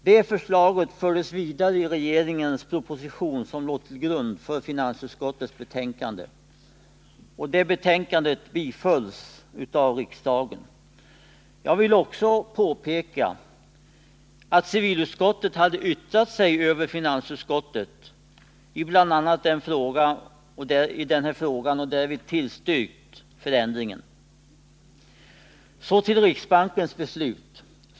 Detta förslag fördes vidare i regeringens proposition 1978/79:165, som låg till grund för finansutskottets betänkande. Finansutskottets förslag bifölls av riksdagen. Jag vill påpeka att civilutskottet hade yttrat sig till finansutskottet i bl.a. denna fråga och därvid tillstyrkt förändringen. Så till riksbankens beslut.